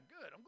good